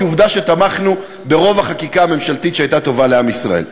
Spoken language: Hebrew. כי עובדה שתמכנו ברוב החקיקה הממשלתית שהייתה טובה לעם ישראל.